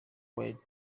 were